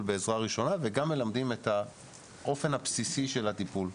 בעזרה וראשונה וגם את האופן הבסיסי של הטיפול.